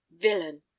villain